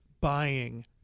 buying